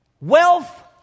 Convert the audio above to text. wealth